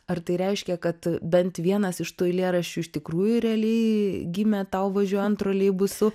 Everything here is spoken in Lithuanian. ar tai reiškia kad bent vienas iš tų eilėraščių iš tikrųjų realiai gimė tau važiuojant troleibusu